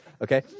Okay